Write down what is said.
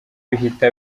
bihita